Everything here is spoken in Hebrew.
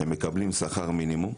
שמקבלים שכר מינימום,